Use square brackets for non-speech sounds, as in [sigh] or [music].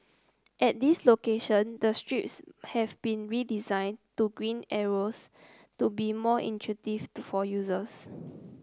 at these location the strips have been redesigned to green arrows to be more intuitive for users [noise]